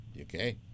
Okay